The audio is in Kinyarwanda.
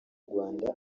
rwanda